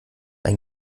ein